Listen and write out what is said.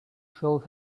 filled